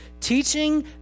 teaching